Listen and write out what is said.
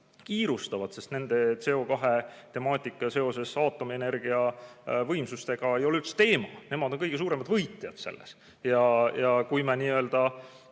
kiirustavad, sest nendele CO2temaatika seoses aatomienergiavõimsustega ei ole üldse teema. Nemad on kõige suuremad võitjad selles. Ja kui me n-ö